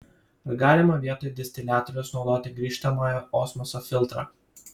ar galima vietoj distiliatoriaus naudoti grįžtamojo osmoso filtrą